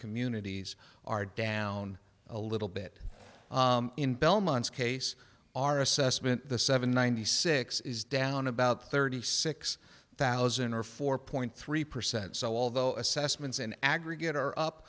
communities are down a little bit in belmont's case our assessment the seven ninety six is down about thirty six thousand or four point three percent so although assessments in aggregate are up